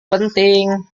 penting